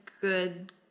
good